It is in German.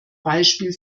beispiel